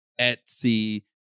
Etsy